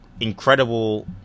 incredible